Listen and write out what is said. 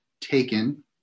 Taken